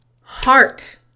heart